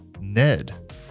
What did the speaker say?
NED